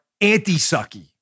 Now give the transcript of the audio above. anti-sucky